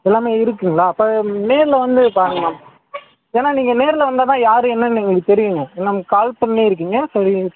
எல்லாமே இருக்குங்களா அப்போ நேரில் வந்து பாருங்கள் மேம் ஏனால் நீங்கள் நேரில் வந்தால் தான் யார் என்னென்னு எங்களுக்கு தெரியும் நம் கால் பண்ணி இருக்கிங்க சரி